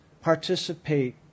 participate